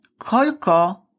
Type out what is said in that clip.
kolko